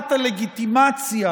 לשלילת הלגיטימציה